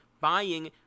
buying